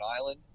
island